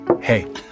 Hey